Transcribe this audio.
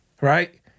Right